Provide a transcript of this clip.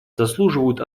заслуживают